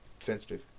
sensitive